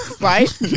Right